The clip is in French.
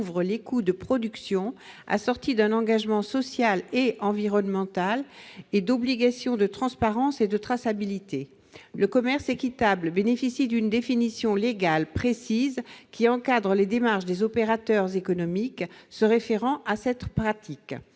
les coûts de production, assorti d'un engagement social et environnemental et d'une obligation de transparence et de traçabilité. Le commerce équitable bénéficie d'une définition légale précise qui encadre les démarches des opérateurs économiques se référant à cette pratique.